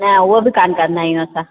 न उहो बि कोन्ह कंदा आहियूं असां